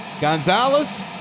Gonzalez